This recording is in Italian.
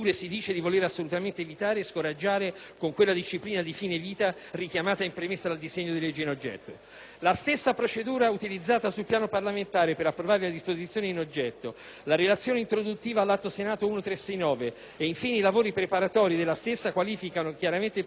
la stessa procedura utilizzata sul piano parlamentare per approvare la disposizione in oggetto, la relazione introduttiva all'Atto Senato n. 1369 ed infine i lavori preparatori della stessa qualificano chiaramente il provvedimento,